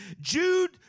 Jude